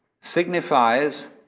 signifies